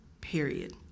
period